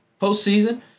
postseason